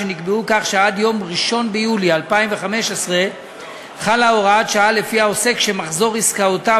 שנקבעה כך שעד יום 1 ביולי 2015 חלה הוראת שעה שלפיה עוסק שמחזור עסקאותיו